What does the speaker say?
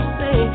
say